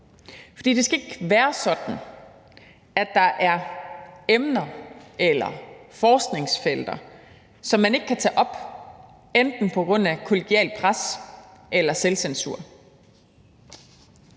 for det skal ikke være sådan, at der er emner eller forskningsfelter, som man ikke kan tage op på grund af enten kollegialt pres eller selvcensur,